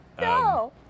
no